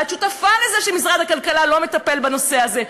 הרי את שותפה לזה שמשרד הכלכלה לא מטפל בנושא הזה.